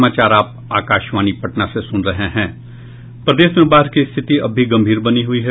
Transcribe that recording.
प्रदेश में बाढ़ की स्थिति अब भी गंभीर बनी हुई है